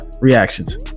reactions